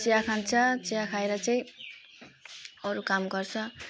चिया खान्छ चिया खाएर चाहिँ अरू काम गर्छ